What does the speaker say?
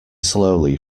slowly